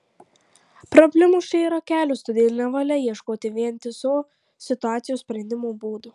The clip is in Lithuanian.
problemos čia yra kelios todėl nevalia ieškoti vientiso situacijos sprendimo būdo